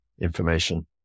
information